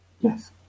Yes